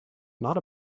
not